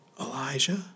Elijah